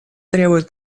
требует